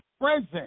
present